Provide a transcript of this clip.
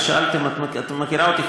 את מכירה אותי,